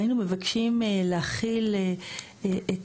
והיינו מבקשים להחיל את